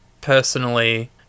personally